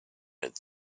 had